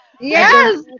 Yes